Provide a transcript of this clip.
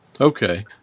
Okay